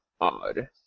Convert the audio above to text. odd